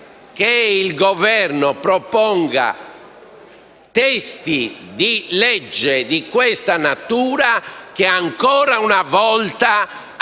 che il Governo proponga testi di legge di questa natura che ancora una volta aggravano